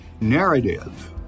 narrative